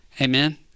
amen